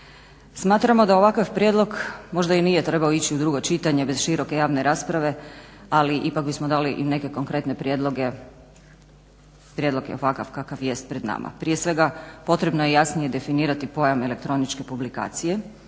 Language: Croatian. Smatramo da ovakav prijedlog možda i nije trebao ići u drugo čitanje bez široke javne rasprave, ali ipak bismo dali neke konkretne prijedloge. Prijedlog je ovakav kakav jest pred nama. Prije svega potrebno je jasnije definirati pojam elektroničke publikacije,